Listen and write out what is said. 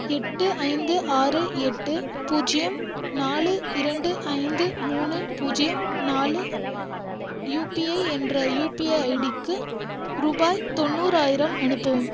எட்டு ஐந்து ஆறு எட்டு பூஜ்ஜியம் நாலு இரண்டு ஐந்து மூணு பூஜ்ஜியம் நாலு யுபிஐ என்ற யுபிஐ ஐடிக்கு ரூபாய் தொண்ணூறாயிரம் அனுப்பவும்